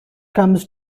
comes